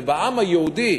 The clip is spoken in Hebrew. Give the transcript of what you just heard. ובעם היהודי,